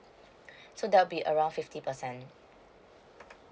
so there'll be around fifty percent